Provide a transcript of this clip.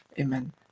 Amen